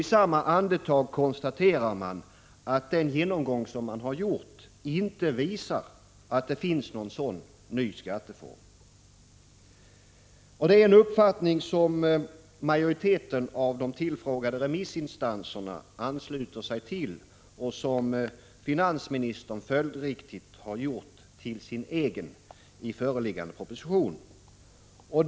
I samma andetag konstaterar man att den genomgång man gjort inte visar att det finns några sådana nya skatteformer. Det är en uppfattning som majoriteten av tillfrågade remissinstanser ansluter sig till och som finansministern följdriktigt gör till sin i föreliggande proposition.